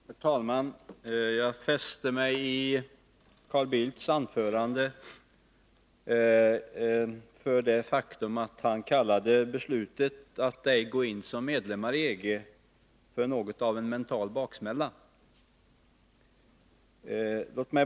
Herr talman! Jag fäste mig i Carl Bildts anförande vid det faktum att han kallade beslutet att ej gå in som medlem i EG något av en mental baksmälla.